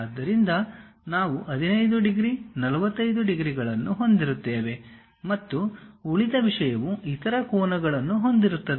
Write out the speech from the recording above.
ಆದ್ದರಿಂದ ನಾವು 15 ಡಿಗ್ರಿ 45 ಡಿಗ್ರಿಗಳನ್ನು ಹೊಂದಿರುತ್ತೇವೆ ಮತ್ತು ಉಳಿದ ವಿಷಯವು ಇತರ ಕೋನಗಳನ್ನು ಹೊಂದಿರುತ್ತದೆ